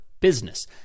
business